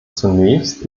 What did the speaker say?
zunächst